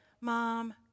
Mom